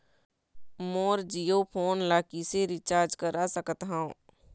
मोर Jio phone ला किसे recharge करा सकत हवं?